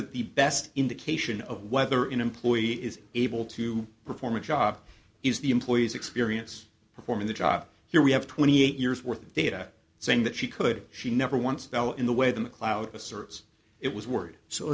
that the best indication of whether an employee is able to perform a job is the employee's experience performing the job here we have twenty eight years worth of data saying that she could she never once fell in the way the mcleod asserts it was word so